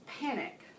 panic